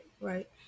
right